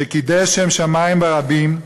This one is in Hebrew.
שקידש שם שמים ברבים,